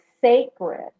sacred